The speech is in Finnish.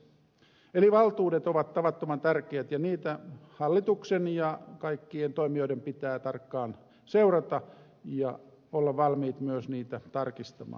eli valtuudet ovat tavattoman tärkeät ja niitä hallituksen ja kaikkien toimijoiden pitää tarkkaan seurata ja olla valmiit myös tarkistamaan